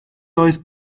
oedd